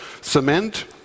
cement